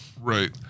Right